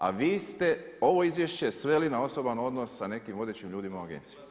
A vi ste ovo izvješće sveli na osoban odnos sa nekim vodećim ljudima u agenciji.